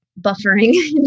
buffering